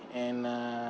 and uh